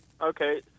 Okay